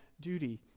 duty